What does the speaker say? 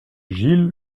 gilles